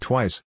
Twice